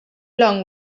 long